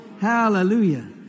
Hallelujah